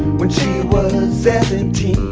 witch seventeen